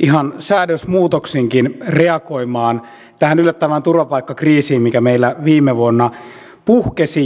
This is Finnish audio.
ihan säädösmuutoksinkin reagoimaan tähän yllättävään turvapaikkakriisiin mikä meillä viime vuonna puhkesi